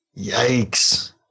Yikes